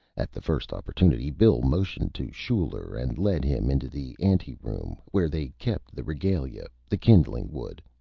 at the first opportunity bill motioned to schuyler, and led him into the anteroom, where they kept the regalia, the kindling wood,